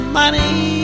money